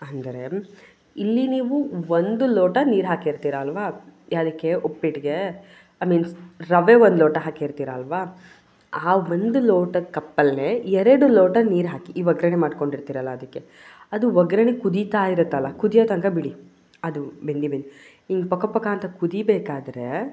ಅಂದರೆ ಇಲ್ಲಿ ನೀವು ಒಂದು ಲೋಟ ನೀರು ಹಾಕಿರ್ತೀರಲ್ವಾ ಯಾವುದಕ್ಕೆ ಉಪ್ಪಿಟ್ಟಿಗೇ ಐ ಮೀನ್ ರವೆ ಒಂದು ಲೋಟ ಹಾಕಿರ್ತೀರಲ್ವಾ ಆ ಒಂದು ಲೋಟ ಕಪ್ಪಲ್ಲೇ ಎರಡು ಲೋಟ ನೀರು ಹಾಕಿ ಈ ಒಗ್ಗರಣೆ ಮಾಡ್ಕೊಂಡಿರ್ತೀರಲ್ಲಾ ಅದಕ್ಕೆ ಅದು ಒಗ್ಗರಣೆ ಕುದೀತಾ ಇರುತ್ತಲ್ಲಾ ಕುದಿಯೋ ತನಕ ಬಿಡಿ ಅದು ಬೆಂದು ಬೆಂದು ಈ ಪಕ ಪಕ ಅಂತ ಕುದಿಬೇಕಾದರೆ